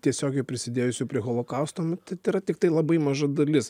tiesiogiai prisidėjusių prie holokausto nu tai yra tiktai labai maža dalis